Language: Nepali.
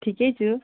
ठिकै छु